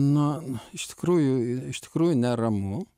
na iš tikrųjų iš tikrųjų neramu